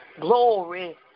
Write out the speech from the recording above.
Glory